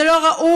זה לא ראוי.